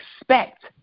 expect